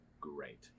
great